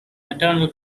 maternal